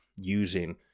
using